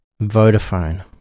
Vodafone